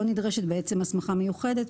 לא נדרשת הסמכה מיוחדת.